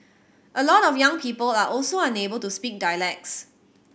a lot of young people are also unable to speak dialects